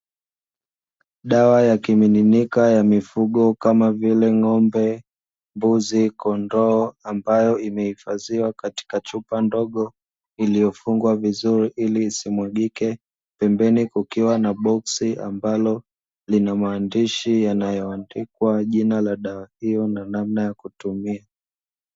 Dawa ya kimiminika ya mifugo kama vile ng'ombe, mbuzi, kondoo; ambayo imehifadhiwa katika chupa ndogo iliyofungwa vizuri ili isimwagike. Pembeni kukiwa na boksi ambalo lina maandishi yanayoandikwa jina la dawa hiyo na namna ya kutumia.